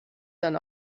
dann